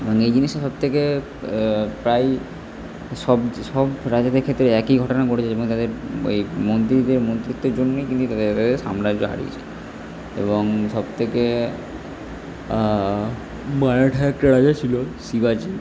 এবং যে জিনিসটা সবথেকে প্রায় সব সব রাজাদের ক্ষেত্রেই একই ঘটনা ঘটেছে এবং তাদের এই মন্ত্রীদের মন্ত্রিত্বের জন্যই কিন্তু তাদের সাম্রাজ্য হারিয়েছে এবং সবথেকে মারাঠায় একটা রাজা ছিল শিবাজী